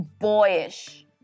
boyish